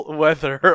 weather